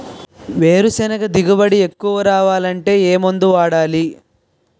వేరుసెనగ దిగుబడి ఎక్కువ రావాలి అంటే ఏ మందు వాడాలి?